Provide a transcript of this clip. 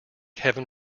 heaven